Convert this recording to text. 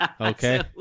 okay